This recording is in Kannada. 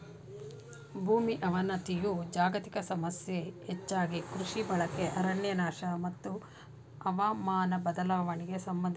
ಭೂಮಿ ಅವನತಿಯು ಜಾಗತಿಕ ಸಮಸ್ಯೆ ಹೆಚ್ಚಾಗಿ ಕೃಷಿ ಬಳಕೆ ಅರಣ್ಯನಾಶ ಮತ್ತು ಹವಾಮಾನ ಬದಲಾವಣೆಗೆ ಸಂಬಂಧಿಸಿದೆ